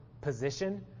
position